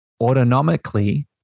autonomically